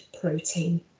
protein